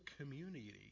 community